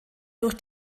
durch